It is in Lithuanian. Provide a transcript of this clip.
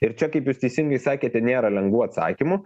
ir čia kaip jūs teisingai sakėte nėra lengvų atsakymų